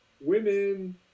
Women